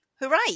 hooray